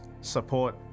support